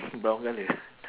brown colour